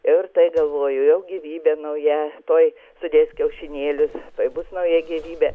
ir tai galvoju jau gyvybė nauja tuoj sudės kiaušinėlius tuoj bus nauja gyvybė